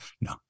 No